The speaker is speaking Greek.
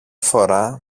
φορά